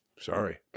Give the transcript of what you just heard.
Sorry